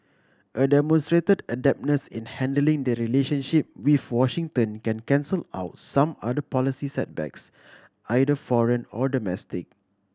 a demonstrated adeptness in handling the relationship with Washington can cancel out some other policy setbacks either foreign or domestic